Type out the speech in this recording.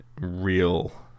real